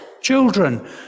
Children